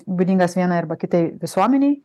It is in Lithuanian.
būdingas vienai arba kitai visuomenei